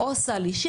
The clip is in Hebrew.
או סל אישי,